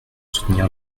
soutenir